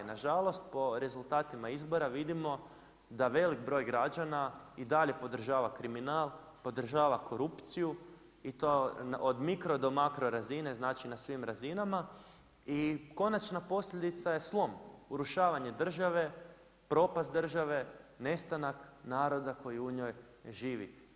Nažalost po rezultatima izbora, vidimo da velik broj građana i dalje podržava kriminal, podržava korupciju i to od mikro do makro razine, znači na svim razinama i konačna posljedica je slom, urušavanje države, propast države, nestanak narod koji u njoj živi.